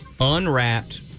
unwrapped